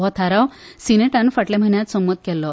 हो थाराव सिनेटान फाटल्या म्हयन्यात संमत केल्लो